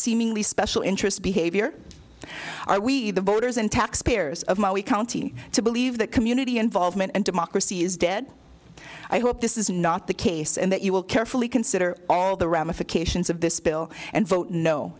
seemingly special interest behavior are we the voters and taxpayers of my wee county to believe that community involvement and democracy is dead i hope this is not the case and that you will carefully consider all the ramifications of this bill and vote no